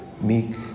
meek